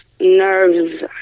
nerves